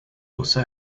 also